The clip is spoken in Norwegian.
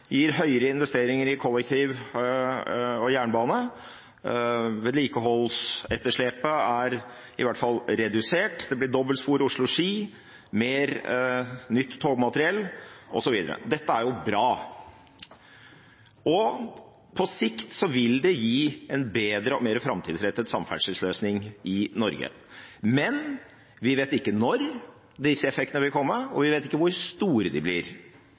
gir høyere investeringer i kollektivtransport og jernbane. Vedlikeholdsetterslepet er i hvert fall redusert. Det blir dobbeltspor på strekningen Oslo–Ski. Det blir mer nytt togmateriell osv. Dette er bra, og på sikt vil det gi en bedre og mer framtidsrettet samferdselsløsning i Norge. Men vi vet ikke når disse effektene vil komme, og vi vet ikke hvor store de blir